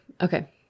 Okay